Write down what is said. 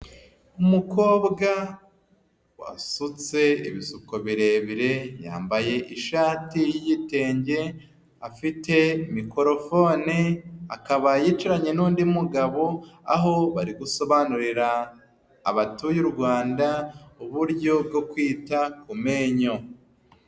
Umukobwa wasutse ibisuko birebire, yambaye ishati y'igitenge, afite microphone, akaba yicaranye n'undi mugabo aho bari gusobanurira abatuye U Rwanda uburyo bwo kwita ku menyo.